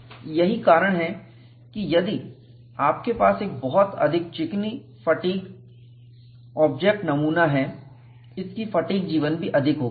इसलिए यही कारण है कि यदि आपके पास एक बहुत अधिक चिकनी फटीग ऑब्जेक्ट नमूना है इसकी फटीग जीवन भी अधिक होगी